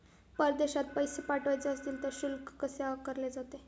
परदेशात पैसे पाठवायचे असतील तर शुल्क कसे आकारले जाते?